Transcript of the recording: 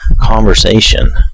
conversation